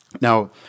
Now